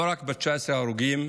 לא רק ב-19 ההרוגים,